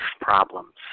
problems